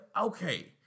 okay